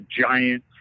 giant